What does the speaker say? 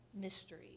mystery